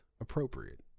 appropriate